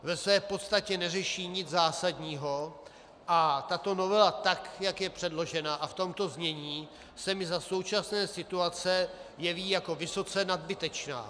Ve své podstatě neřeší nic zásadního a tato novela, tak jak je předložena a v tomto znění, se mi za současné situace jeví jako vysoce nadbytečná.